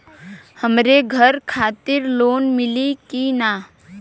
हमरे घर खातिर लोन मिली की ना?